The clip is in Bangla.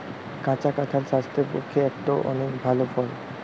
কাঁচা কাঁঠাল স্বাস্থ্যের পক্ষে একটো অনেক ভাল ফল